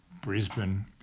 Brisbane